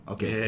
Okay